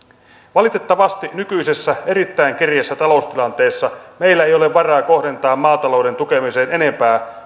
valitettavasti nykyisessä erittäin kireässä taloustilanteessa meillä ei ole varaa kohdentaa maatalouden tukemiseen enempää